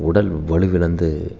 உடல் வலு இழந்து